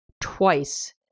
twice